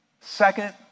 Second